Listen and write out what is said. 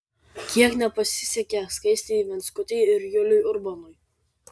kiek nepasisekė skaistei venckutei ir juliui urbonui